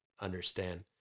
understand